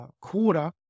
quarter